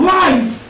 life